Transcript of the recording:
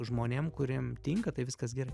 žmonėm kuriem tinka tai viskas gerai